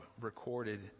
recorded